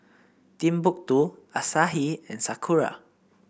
Timbuk two Asahi and Sakura